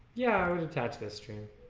yeah but attach this stream